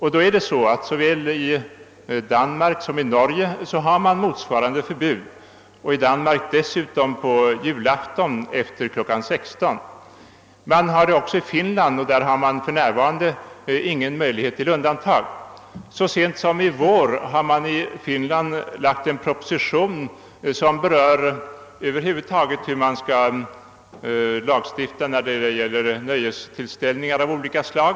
Såväl i Danmark som i Norge finns motsvarande förbud. I Danmark gäller det dessutom på julafton efter klockan 16. Man har det också i Finland, och där ges för närvarande ingen möjlighet till undantag. Så sent som i vår har en proposition framlagts som gäller allmänna bestämmelser om nöjestillställningar av olika slag.